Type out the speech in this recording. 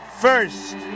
first